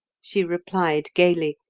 she replied gaily,